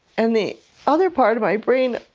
and the other part of my brain,